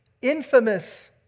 infamous